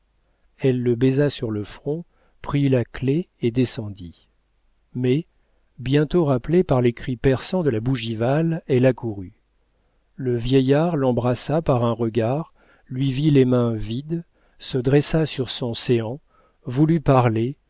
elle le baisa sur le front prit la clef et descendit mais bientôt rappelée par les cris perçants de la bougival elle accourut le vieillard l'embrassa par un regard lui vit les mains vides se dressa sur son séant voulut parler